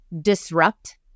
disrupt